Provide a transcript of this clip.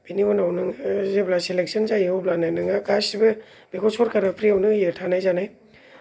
बेनि उनाव नोङो जेब्ला सेलेकसन जायो अब्लानो नोङो गासिबो बेखौ सरकारा फ्रि आवनो होयो थानाय जानाय